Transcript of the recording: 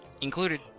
included